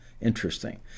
Interesting